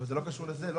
זה לא קשור לזה.